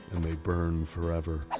and they burn forever.